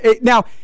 Now